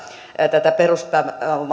tätä